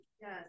Yes